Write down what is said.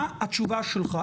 מה התשובה שלך?